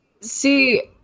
see